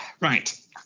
Right